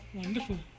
wonderful